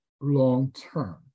long-term